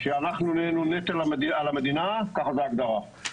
שאנחנו נהיינו נטל על המדינה, זאת ההגדרה.